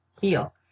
heal